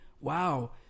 Wow